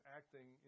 acting